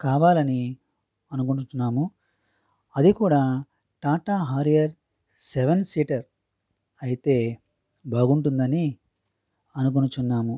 కావాలని అనుకుంటున్నాము అది కూడా టాటా హరియర్ సెవెన్ సీటర్ అయితే బాగుంటుందని అనుకొనుచున్నాము